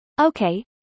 Okay